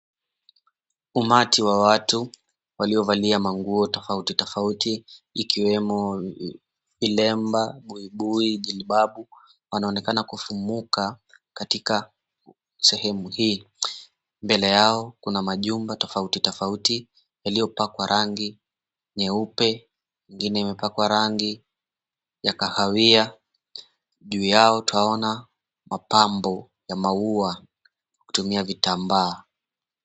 Umati wa watu, waliovalia manguo tofauti tofauti, ikiwemo vilemba, buibui, jilbabu. Wanaonekana kufumuka katika sehemu hii. Mbele yao kuna majumba tofauti tofauti, yaliyopakwa rangi nyeupe, ingine imepakwa rangi ya kahawia. Juu yao twaona mapambo ya maua, kutumia vitambaa.